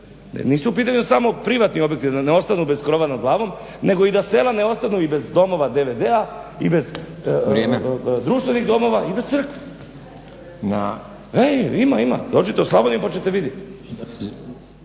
nisu u pitanju samo privatni objekti da ne ostanu bez krova nad glavom, nego i da sela ne ostanu i bez domova DVD-a i bez društvenih domova i bez crkva. **Stazić, Nenad (SDP)** Vrijeme.